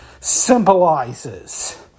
symbolizes